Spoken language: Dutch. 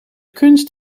kunst